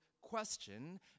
question